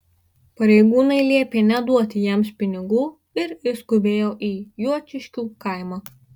pareigūnai liepė neduoti jiems pinigų ir išskubėjo į juočiškių kaimą